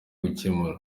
gukemura